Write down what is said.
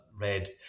read